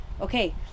Okay